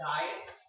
Diets